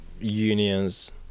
unions